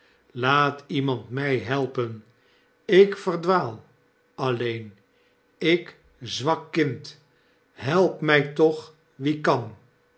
laat iemand mij helpen ik verdwaal alleen ik zwak kind help mij toch wie kan